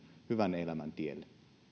hyvän elämän tielle